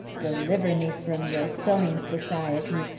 deliver me from your sewing society,